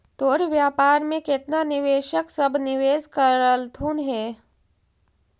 तोर व्यापार में केतना निवेशक सब निवेश कयलथुन हे?